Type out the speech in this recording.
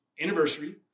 anniversary